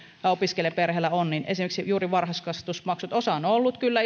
opiskelijaperheellä on esimerkiksi juuri varhaiskasvatusmaksut osa on ollut kyllä